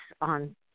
on